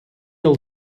ele